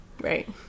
Right